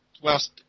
whilst